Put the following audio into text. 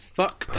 fuck